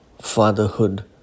fatherhood